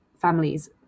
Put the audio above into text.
families